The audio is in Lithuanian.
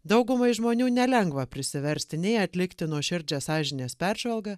daugumai žmonių nelengva prisiversti nei atlikti nuoširdžią sąžinės peržvalgą